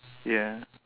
ya